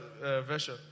version